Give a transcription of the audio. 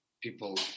people